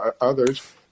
others